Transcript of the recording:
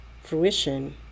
fruition